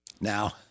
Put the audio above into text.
Now